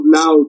now